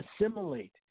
assimilate